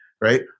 right